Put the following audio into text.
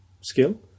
skill